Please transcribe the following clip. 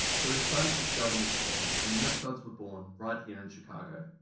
so he decided to sell them instead and milk duds were born right here in chicago.